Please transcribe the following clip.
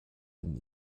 den